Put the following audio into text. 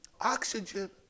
oxygen